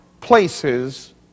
places